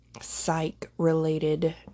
psych-related